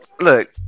look